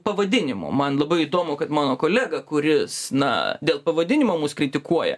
pavadinimo man labai įdomu kad mano kolega kuris na dėl pavadinimo mus kritikuoja